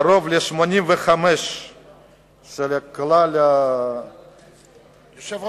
קרוב ל-85% מכלל דיירי